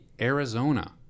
Arizona